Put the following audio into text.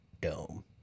dome